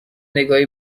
نگاهی